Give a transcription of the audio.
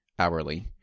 hourly